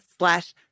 Slash